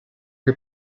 che